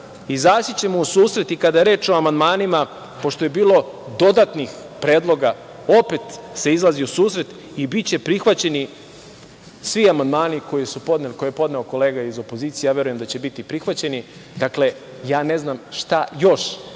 izaći u susret i kada je reč o amandmanima, pošto je bilo dodatnih predloga. Opet se izlazi u susret i biće prihvaćeni svi amandmani koje je podneo kolega iz opozicije, ja verujem da će biti prihvaćeni. Dakle, ja ne znam šta još